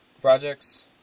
projects